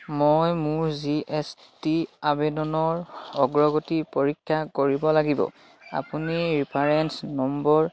মই মোৰ G S T আবেদনৰ অগ্ৰগতি পৰীক্ষা কৰিব লাগিব আপুনি ৰেফাৰেন্স নম্বৰ